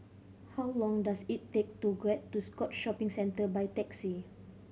how long does it take to get to Scotts Shopping Centre by taxi